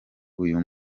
uyu